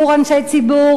אנשי ציבור,